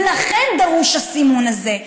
ולכן דרוש הסימון הזה.